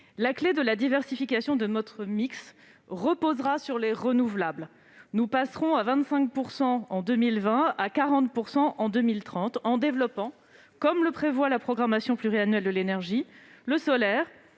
Folz. La diversification de notre mix reposera sur les énergies renouvelables : nous passerons à 25 % en 2020 et à 40 % en 2030, en développant, comme le prévoit la programmation pluriannuelle de l'énergie, le solaire,